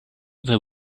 there